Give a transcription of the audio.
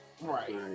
Right